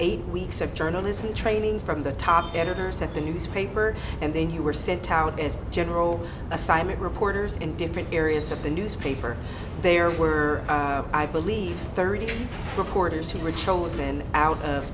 eight weeks of journalism training from the top editors at the newspaper and then you were sent out as general assignment reporters in different areas of the newspaper there were i believe thirty reporters who were chosen out of